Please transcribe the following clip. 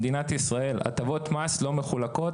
היא במדינת ישראל הטבות מס לא מחולקות,